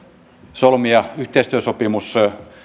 solmia yhteistyösopimus